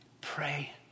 pray